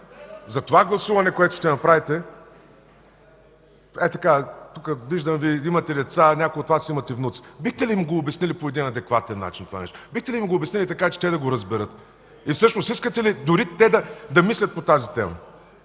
за това гласуване, което ще направите, ей така, виждам Ви, имате деца, а някои от Вас имат и внуци – бихте ли им обяснили това нещо по един адекватен начин? Бихте ли им го обяснили така, че те да го разберат? Всъщност искате ли те да мислят по тази тема?